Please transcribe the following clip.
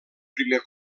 primer